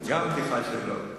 גם בדיחה שלו.